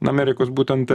amerikos būtent